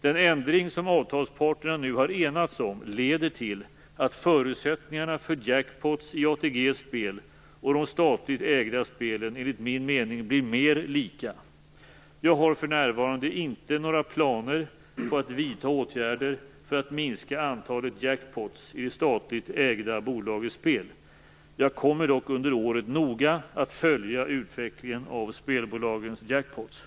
Den ändring som avtalsparterna nu har enats om leder till att förutsättningarna för jackpoter i ATG:s spel och de statligt ägda spelen enligt min mening blir mer lika. Jag har för närvarande inte några planer på att vidta åtgärder för att minska antalet jackpoter i det statligt ägda bolagets spel. Jag kommer dock under året att noga följa utvecklingen av spelbolagens jackpoter.